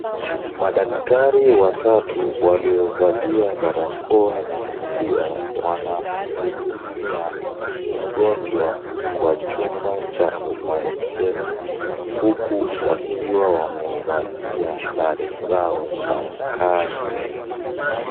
Madaktari watatu waliovalia barakoa na kofia wanamhudumia mgonjwa kwa chumba cha oparesheni huku wakiwa wamevalia sare zao za kazi.